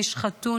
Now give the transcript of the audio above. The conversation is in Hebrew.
נשחטו,